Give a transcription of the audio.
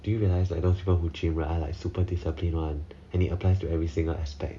do you realize like those people who gym right are like super discipline one and it applies to every single aspect